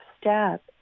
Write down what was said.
step